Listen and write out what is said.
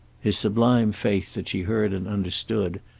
his sublime faith that she heard and understood,